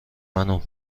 منو